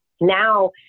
Now